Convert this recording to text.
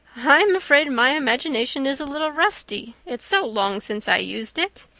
i'm afraid my imagination is a little rusty it's so long since i used it,